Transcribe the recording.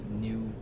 new